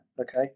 okay